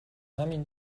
همین